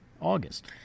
August